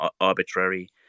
arbitrary